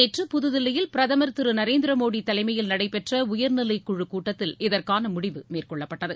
நேற்று புதுதில்லியில் பிரதமர் திரு நரேந்திர மோடி தலைமையில் நடைபெற்ற உயர்நிலை குழு கூட்டத்தில் இதற்கான முடிவு மேற்கொள்ளப்பட்டது